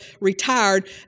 retired